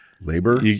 Labor